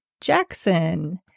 Jackson